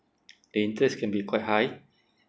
the interest can be quite high